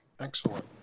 Excellent